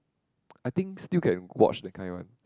I think still can watch that kind one